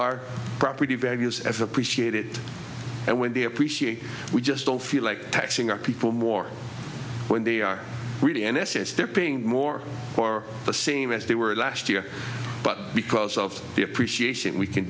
our property values have appreciated and when they appreciate we just don't feel like taxing our people more when they are really in essence they're paying more for the same as they were last year but because of the appreciation we can